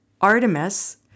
Artemis